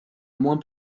moins